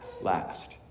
last